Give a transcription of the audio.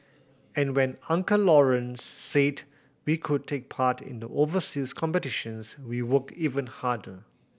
and when Uncle Lawrence said we could take part in the overseas competitions we worked even harder